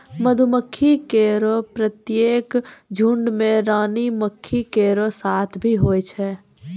मधुमक्खी केरो प्रत्येक झुंड में रानी मक्खी केरो साथ भी होय छै